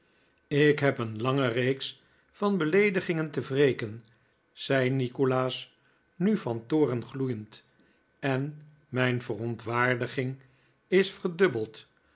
ik heb een lange reeks van beleedigingen te wreken zei nikolaas nu van toorn gloeiend en mijn verontwaardiging is verdubbeld